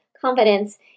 confidence